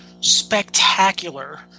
spectacular